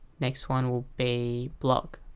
next one will be blog.